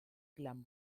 glam